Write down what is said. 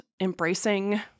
embracing